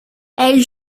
elle